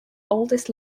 oldest